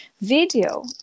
Video